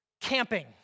camping